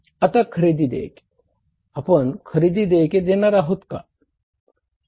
आता खरेदी देयके आपण खरेदी देयके देणार आहोत का